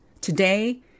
Today